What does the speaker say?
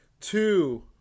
two